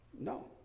No